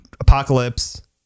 Apocalypse